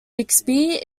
bixby